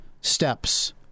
steps